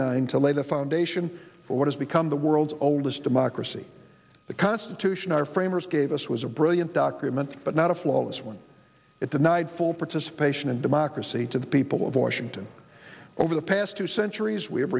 nine to lay the foundation for what has become the world's oldest democracy the constitution our framers gave us was a brilliant document but not a flawless one at the night full participation and democracy to the people of washington over the past two centuries we have